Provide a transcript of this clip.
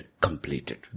completed